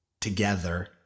together